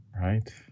Right